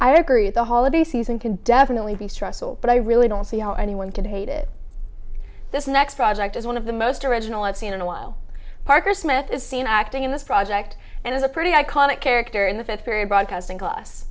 i agree the holiday season can definitely be stressful but i really don't see how anyone can hate it this next project is one of the most original i've seen in a while parker smith is seen acting in this project and is a pretty iconic character in the fifth period broadcasting